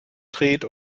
dreht